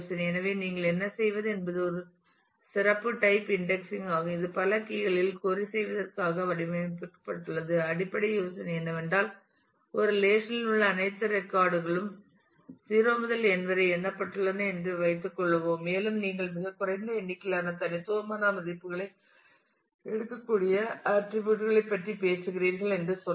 எனவே நீங்கள் என்ன செய்வது என்பது ஒரு சிறப்பு டைப் இன்டெக்ஸிங் ஆகும் இது பல கீ களில் கொறி செய்வதற்காக வடிவமைக்கப்பட்டுள்ளது அடிப்படை யோசனை என்னவென்றால் ஒரு ரிலேஷன் இல் உள்ள அனைத்து ரெக்கார்ட் களும் 0 முதல் n வரை எண்ணப்பட்டுள்ளன என்று வைத்துக் கொள்வோம் மேலும் நீங்கள் மிகக் குறைந்த எண்ணிக்கையிலான தனித்துவமான மதிப்புகளை எடுக்கக்கூடிய ஆட்டிரிபியூட் களைப் பற்றி பேசுகிறீர்கள் என்று சொல்லலாம்